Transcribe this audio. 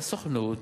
לסוכנות.